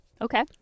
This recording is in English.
Okay